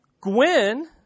gwen